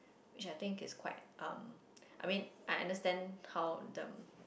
which I think it's quite um I mean I understand how them